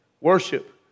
Worship